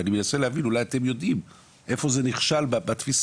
ואני מנסה להבין -אולי אתם יודעים - איפה זה נכשל בתפיסה,